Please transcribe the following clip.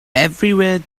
everywhere